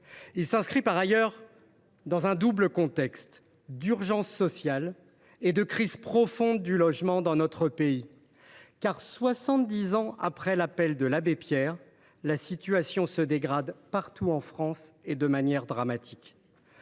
Il s’inscrit par ailleurs dans un double contexte d’urgence sociale et de crise profonde du logement dans notre pays. Car soixante dix ans après l’appel de l’abbé Pierre, la situation se dégrade partout en France, et de manière dramatique.